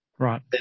Right